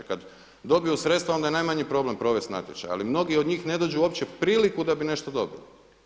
Kad dobiju sredstva onda je najmanji problem provesti natječaje, ali mnogi od njih ne dođu uopće u priliku da bi nešto dobili.